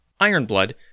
Ironblood